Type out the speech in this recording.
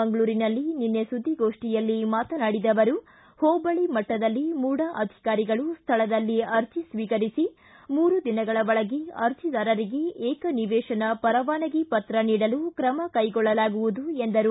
ಮಂಗಳೂರಿನಲ್ಲಿ ನಿನ್ನೆ ಸುದ್ದಿಗೋಷ್ಠಿಯಲ್ಲಿ ಮಾತನಾಡಿದ ಅವರು ಹೋಬಳಿ ಮಟ್ಟದಲ್ಲಿ ಮುಡಾ ಅಧಿಕಾರಿಗಳು ಸ್ವಳದಲ್ಲೇ ಅರ್ಜ ಸ್ವೀಕರಿಸಿ ಮೂರು ದಿನಗಳ ಒಳಗೆ ಅರ್ಜಿದಾರರಿಗೆ ಏಕನಿವೇಶನ ಪರವಾನಗೆ ಪತ್ರ ನೀಡಲು ಕ್ರಮ ಕೈಗೊಳ್ಳಲಾಗುವುದು ಎಂದರು